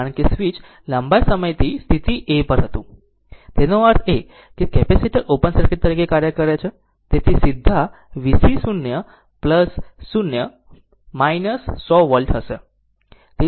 કારણ કે સ્વીચ લાંબા સમયથી સ્થિતિ a પર હતું તેનો અર્થ એ કે કેપેસિટર ઓપન સર્કિટ તરીકે કાર્ય કરે છે તેથી સીધા VC 0 0 100 વોલ્ટ હશે